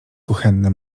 kuchenne